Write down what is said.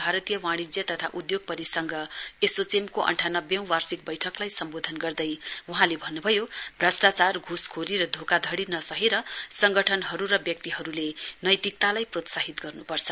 भारतीय वाणिज्य तथा उद्धोग परिसंघ एसोचेमको अन्ठानब्बेऔं वार्षिक वैठकलाई सम्वोधन गर्दै वहाँले भन्न्भयो भ्रष्टचार घूसखोरी र धोकाधड़ी नसहेर संगठनहरु र व्यक्तिहरुले नैतिकतालाई प्रोत्साहित गर्नुपर्छ